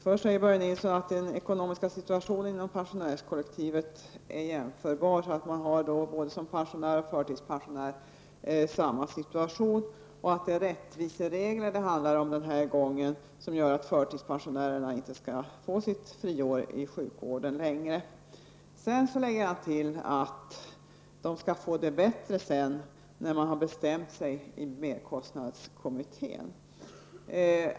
Först sade Börje Nilsson att den ekonomiska situationen inom pensionärskollektivet är jämförbar: att man befinner sig i samma situation både som pensionär och förtidspensionär och att det den här gången handlar om rättviseregler, vilka medför att förtidspensionärerna inte skall få sitt friår i sjukvården längre. Sedan tillägger Börje Nilsson att förtidspensionärerna skall få det bättre sedan, när man har bestämt sig i merkostnadskommittén.